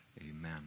Amen